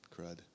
Crud